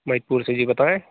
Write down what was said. मइतपुर से जी बताएँ